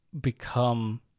become